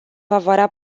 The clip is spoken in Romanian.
favoarea